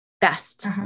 best